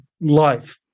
life